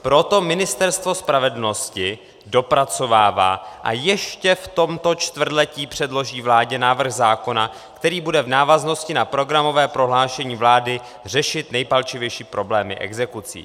Proto Ministerstvo spravedlnosti dopracovává a ještě v tomto čtvrtletí předloží vládě návrh zákona, který bude v návaznosti na programové prohlášení vlády řešit nejpalčivější problémy exekucí.